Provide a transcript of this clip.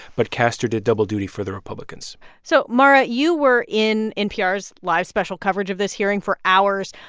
but castor did double duty for the republicans so, mara, you were in npr's live special coverage of this hearing for hours.